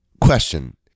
Question